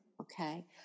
Okay